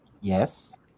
Yes